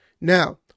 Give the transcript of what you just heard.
Now